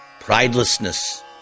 pridelessness